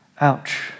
Ouch